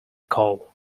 call